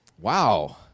wow